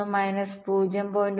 1 minus 0